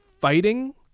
fighting